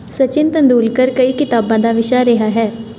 ਸਚਿਨ ਤੇਂਦੁਲਕਰ ਕਈ ਕਿਤਾਬਾਂ ਦਾ ਵਿਸ਼ਾ ਰਿਹਾ ਹੈ